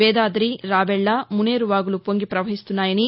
వేదాది రావెళ్ల మున్నేరు వాగులు పొంగి పవహిస్తున్నాయని